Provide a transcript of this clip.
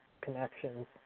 connections